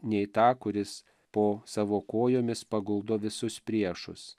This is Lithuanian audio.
nei tą kuris po savo kojomis paguldo visus priešus